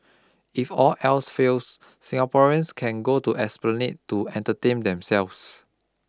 if all else fails Singaporeans can go to Esplanade to entertain themselves